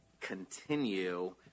continue